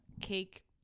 cake